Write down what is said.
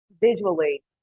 visually